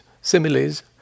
similes